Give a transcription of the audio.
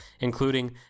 including